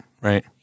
right